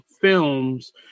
films